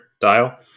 dial